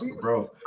Bro